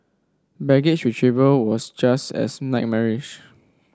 baggage retrieval was just as nightmarish